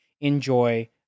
enjoy